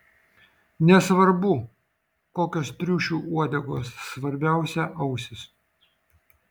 nesvarbu kokios triušių uodegos svarbiausia ausys